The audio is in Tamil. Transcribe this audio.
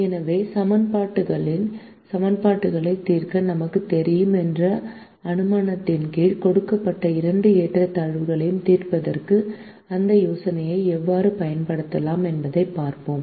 எனவே சமன்பாடுகளைத் தீர்க்க நமக்குத் தெரியும் என்ற அனுமானத்தின் கீழ் கொடுக்கப்பட்ட இரண்டு ஏற்றத்தாழ்வுகளைத் தீர்ப்பதற்கு அந்த யோசனையை எவ்வாறு பயன்படுத்தலாம் என்பதைப் பார்ப்போம்